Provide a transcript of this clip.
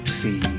see